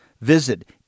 Visit